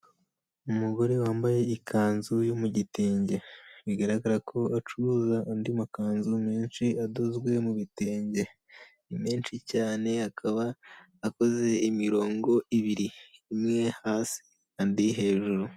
Umugore wambaye ikanzu yo mu gitenge, bigaragara ko acuruza andi makanzu menshi adozwe mu bitenge. Ni menshi cyane, akaba akoze imirongo ibiri, amwe hasi andi hejuru.